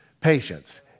patience